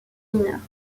mineures